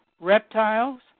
reptiles